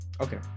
Okay